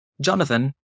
Jonathan